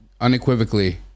unequivocally